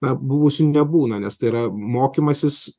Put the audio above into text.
bet buvusių nebūna nes tai yra mokymasis